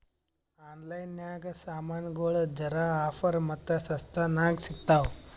online ನಾಗ್ ಸಾಮಾನ್ಗೊಳ್ ಜರಾ ಆಫರ್ ಮತ್ತ ಸಸ್ತಾ ನಾಗ್ ಸಿಗ್ತಾವ್